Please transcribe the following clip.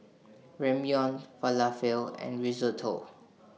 Ramyeon Falafel and Risotto